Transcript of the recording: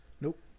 Nope